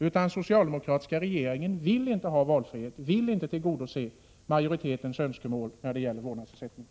Den socialdemokratiska regeringen vill helt enkelt inte ha valfrihet och vill inte tillgodose majoritetens önskemål när det gäller vårdnadsersättning.